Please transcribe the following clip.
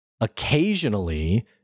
Occasionally